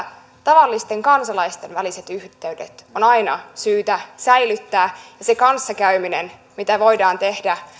tavallisten kansalaisten väliset yhteydet on aina syytä säilyttää ja se kanssakäyminen mitä voidaan tehdä